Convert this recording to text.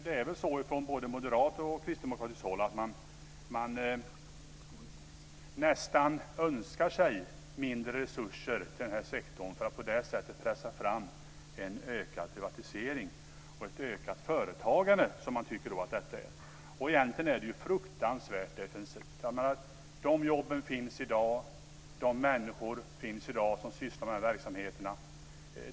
Det är väl så att man från både moderat och kristdemokratiskt håll nästan önskar sig mindre resurser till den offentliga sektorn för att på det sättet pressa fram en ökad privatisering och ett ökat företagande, som man tycker att detta är. Egentligen är det fruktansvärt defensivt. De här jobben finns i dag, och de människor som sysslar med de här verksamheterna finns i dag.